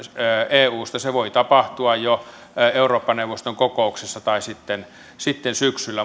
eusta se voi tapahtua jo eurooppa neuvoston kokouksessa tai sitten sitten syksyllä